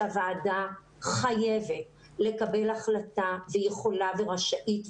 שהוועדה חייבת לקבל החלטה ויכולה ורשאית,